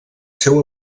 seu